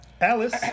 Alice